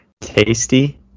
Tasty